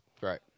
Right